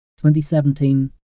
2017